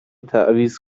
تعویض